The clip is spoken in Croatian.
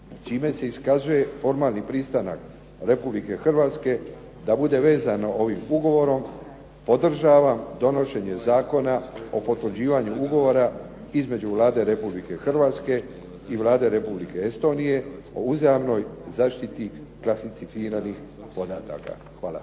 čime se iskazuje formalni pristanak Republike Hrvatske da bude vezana ovim ugovorom podržavam donošenje Zakona o potvrđivanju ugovora između Vlade Republike Hrvatske i Vlade Republike Estonije o uzajamnoj zaštiti klasificiranih podataka. Hvala.